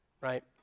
right